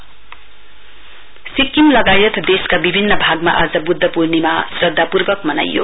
festival Sikkim लगायत देशका विभिन्न भागमा आज बुध्द पूर्णिमा श्रद्धापूर्वक मनाइयो